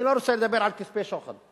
אני לא רוצה לדבר על כספי שוחד,